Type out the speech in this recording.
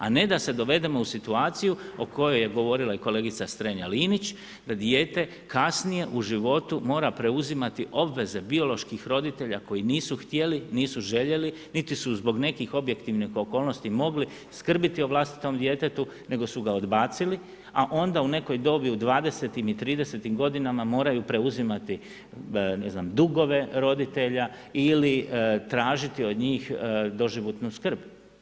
A ne da se dovedemo u situaciju o kojoj je govorila kolegica Strenja Linić, da dijete kasnije u životu mora preuzimati obveze bioloških roditelja koji nisu htjeli, nisu željeli niti su zbog nekih objektivnih okolnosti mogli skrbiti o vlastitom djetetu nego su ga odbacili, a onda u nekoj dobi u 20-tim i 30-tim godinama moraju preuzimati ne znam dugove roditelja ili tražiti od njih doživotnu skrb.